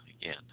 again